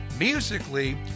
Musically